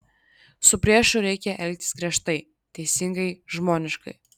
su priešu reikia elgtis griežtai teisingai žmoniškai